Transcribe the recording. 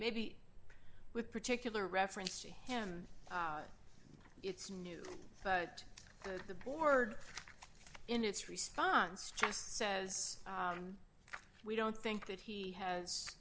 maybe with particular reference to him it's new but the board in its response just says we don't think that he has